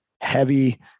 heavy